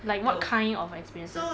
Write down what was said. like what kind of experiences